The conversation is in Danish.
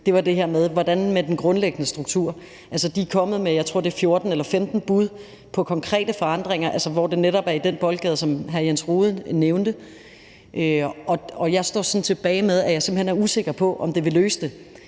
har stillet, er det her med den grundlæggende struktur. Altså, de er kommet med 14 eller 15 bud, tror jeg det er, på konkrete forandringer, hvor det netop er i den boldgade, som hr. Jens Rohde nævnte. Og jeg står sådan tilbage med, at jeg simpelt hen er usikker på, om det vil løse det.